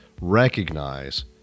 recognize